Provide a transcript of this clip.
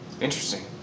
interesting